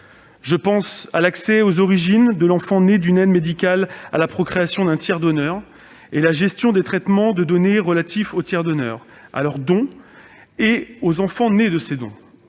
Je pense à l'accès aux origines de l'enfant né d'une aide médicale à la procréation avec tiers donneur, ainsi qu'à la gestion des traitements de données relatifs aux tiers donneurs, à leurs dons et aux enfants nés de ces dons.